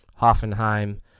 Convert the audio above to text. Hoffenheim